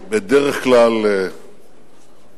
בדרך כלל מלווה,